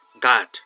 God